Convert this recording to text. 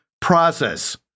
process